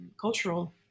cultural